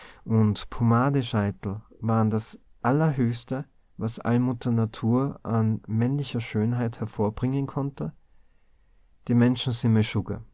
und pomadescheitel waren das höchste was allmutter natur an männlicher schönheit hervorbringen konnte die menschen